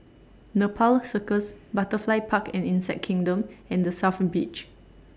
Nepal Circus Butterfly Park and Insect Kingdom and The South Beach